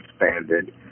expanded